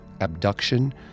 abduction